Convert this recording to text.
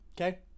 Okay